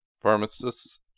Pharmacists